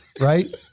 right